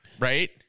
Right